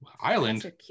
Island